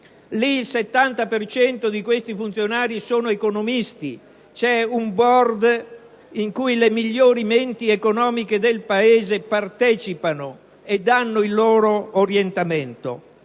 Lì il 70 per cento dei funzionari sono economisti, c'è un *board* in cui le migliori menti economiche del Paese partecipano e danno il loro orientamento.